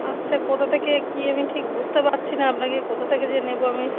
আচ্ছা কোথা থেকে কি আমি ঠিক বুঝতে পারছি না আপনাকে কোথা থেকে যে নেবো আমি